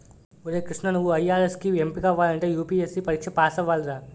ఒరే కృష్ణా నువ్వు ఐ.ఆర్.ఎస్ కి ఎంపికవ్వాలంటే యూ.పి.ఎస్.సి పరీక్ష పేసవ్వాలిరా